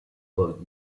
bois